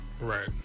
Right